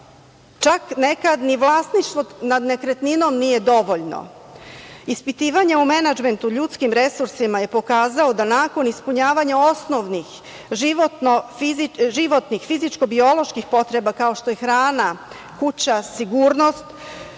Čak nekad ni vlasništvo nad nekretninom nije dovoljno. Ispitivanja o menadžmentu, ljudskim resursima je pokazao da nakon ispunjavanja osnovnih životnih, fizičko-bioloških potreba, kao što je hrana, kuća, sigurnost